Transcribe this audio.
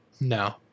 No